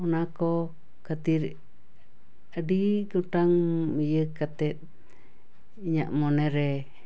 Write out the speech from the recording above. ᱚᱱᱟᱠᱚ ᱠᱷᱟᱹᱛᱤᱨ ᱟᱹᱰᱤ ᱜᱚᱴᱟᱝ ᱤᱭᱟᱹ ᱠᱟᱛᱮ ᱤᱧᱟᱹᱜ ᱢᱚᱱᱮ ᱨᱮ